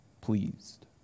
pleased